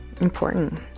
important